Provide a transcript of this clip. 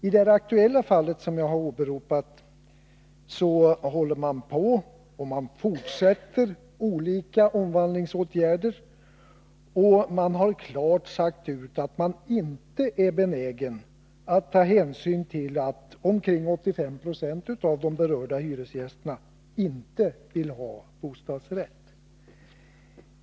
I det här aktuella fallet, som jag har åberopat, håller man på med olika omvandlingsåtgärder, och man har klart sagt ut att man inte är benägen att ta hänsyn till att omkring 85 26 av de berörda hyresgästerna inte vill ha bostadsrätt.